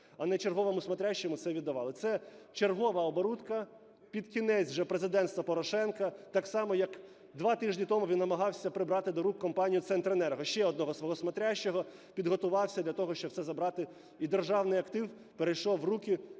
а не черговому "смотрящему" це віддавали. Це чергова оборудка під кінець вже президенства Порошенка, так само, як два тижні тому він намагався прибрати до рук компанію "Центренерго", ще одного свого "смотрящего", підготувався для того, щоб все забрати, і державний актив перейшов у руки